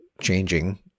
changing